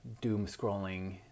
doom-scrolling